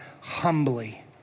humbly